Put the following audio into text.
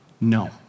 No